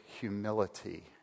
humility